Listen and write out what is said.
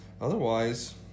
Otherwise